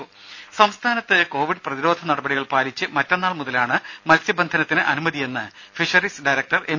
രുമ സംസ്ഥാനത്ത് കോവിഡ് പ്രതിരോധ നടപടികൾ പാലിച്ച് മറ്റന്നാൾ മുതലാണ് മത്സ്യബന്ധനത്തിന് അനുമതിയെന്ന് ഫിഷറീസ് ഡയറക്ടർ എം